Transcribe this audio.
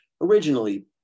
originally